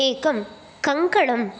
एकं कङ्कणं